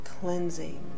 cleansing